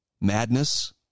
madness